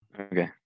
Okay